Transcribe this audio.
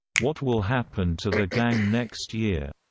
what will happen to the gang next year,